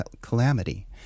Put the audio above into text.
calamity